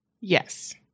Yes